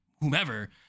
whomever